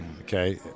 Okay